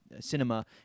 cinema